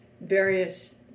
various